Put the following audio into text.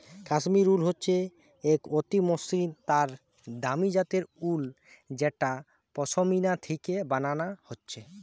Kashmir wool হচ্ছে এক অতি মসৃণ আর দামি জাতের উল যেটা পশমিনা থিকে বানানা হচ্ছে